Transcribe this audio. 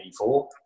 1984